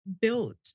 Built